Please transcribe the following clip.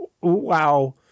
Wow